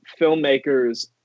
filmmakers